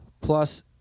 plus